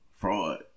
fraud